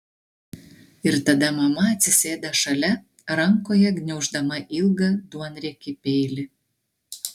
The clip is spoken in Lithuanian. ir tada mama atsisėda šalia rankoje gniauždama ilgą duonriekį peilį